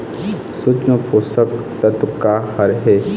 सूक्ष्म पोषक तत्व का हर हे?